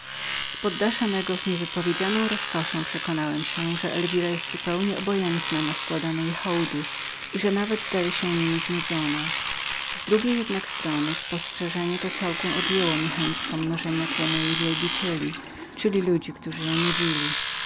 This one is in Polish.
z poddasza mego z roskoszą przekonałem się że elwira była zupełnie obojętną na składane jej hołdy i że nawet zdawała się niemi znudzoną z drugiej jednak strony postrzeżenie to całkiem odjęło mi chęć pomnożenia tłumu jej wielbicieli czyli ludzi którzy ją nudzili